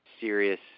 serious